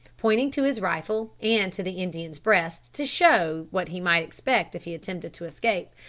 pointing to his rifle and to the indian's breast, to show what he might expect if he attempted to escape,